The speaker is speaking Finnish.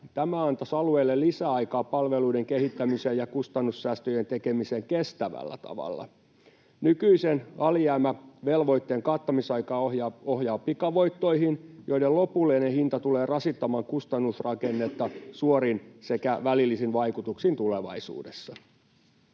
Tämä antaisi alueille lisäaikaa palveluiden kehittämiseen ja kustannussäästöjen tekemiseen kestävällä tavalla. Nykyisen alijäämävelvoitteen kattamisaika ohjaa pikavoittoihin, joiden lopullinen hinta tulee rasittamaan kustannusrakennetta suorin sekä välillisin vaikutuksin tulevaisuudessa.